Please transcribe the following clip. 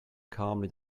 calmly